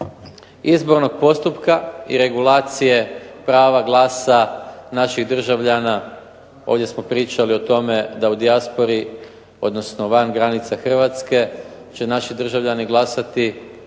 izbornog postupka i regulacije prava glasa naših državljana, ovdje smo pričali o tome da u dijaspori odnosno van granica Hrvatske će naši državljani glasati